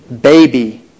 Baby